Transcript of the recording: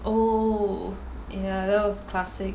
oh ya that was classic